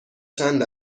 چند